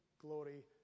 glory